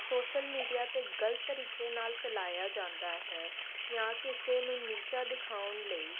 social media 'ਤੇ ਗਲਤ ਤਰੀਕੇ ਨਾਲ ਫੈਲਾਇਆ ਜਾਂਦਾ ਹੈ ਜਾਂ ਕਿਸੇ ਨੂੰ ਨੀਚਾ ਦਿਖਾਉਣ ਲਈ